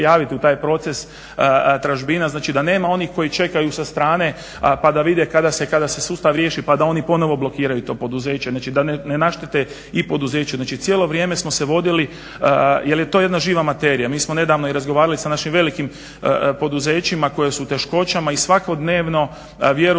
u taj proces tražbina, znači da nema onih koji čekaju sa strane pa da vide kada se sustav riješi pa da oni ponovo blokiraju to poduzeće znači da ne naštete ni poduzeću. Znači cijelo vrijeme smo se vodili jel je to jedna živa materija. Mi smo nedavno i razgovarali sa našim velikim poduzećima koja su u teškoćama i svakodnevno vjerujte